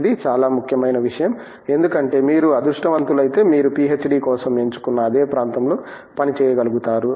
ఇది చాలా ముఖ్యమైన విషయం ఎందుకంటే మీరు అదృష్టవంతులైతే మీరు పీహెచ్డీ కోసం ఎంచుకున్న అదే ప్రాంతంలో పనిచేయగలుగుతారు